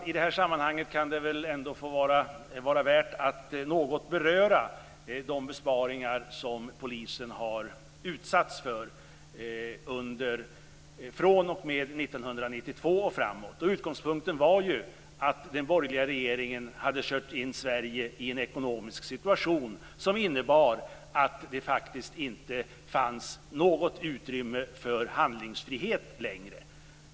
I det här sammanhanget kan det ändå vara värt att något beröra de besparingar som polisen har utsatts för från 1992 och framåt. Utgångspunkten var ju att den borgerliga regeringen hade kört in Sverige i en ekonomisk situation som innebar att det faktiskt inte fanns något utrymme för handlingsfrihet längre.